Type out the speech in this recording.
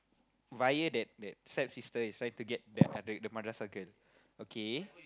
via that that step sister is trying to get the the madrasah girl okay